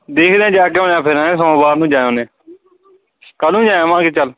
ਦੇਖਦੇ ਹਾਂ ਜਾ ਕੇ ਆਉਣੇ ਹਾਂ ਫਿਰ ਜਾ ਆਵਾਂਗੇ ਸੋਮਵਾਰ ਨੂੰ ਜਾ ਆਉਂਦੇ ਕੱਲ੍ਹ ਨੂੰ ਜਾਏ ਆਵਾਂਗੇ ਚੱਲ